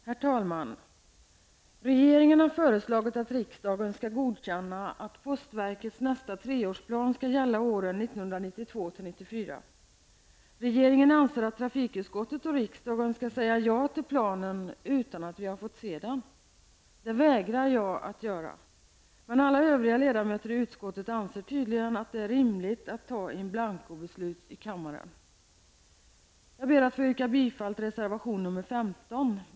Herr talman! Regeringen har föreslagit att riksdagen skall godkänna att postverkets nästa treårsplan skall gälla åren 1992--1994. Regeringen anser att trafikutskottet och riksdagen skall säga ja till planen utan att vi har fått se den. Det vägrar jag att göra. Men alla övriga ledamöter i utskottet anser tydligen att det är rimligt att fatta in blancobeslut i kammaren. Jag ber att få yrka bifall till reservation 15.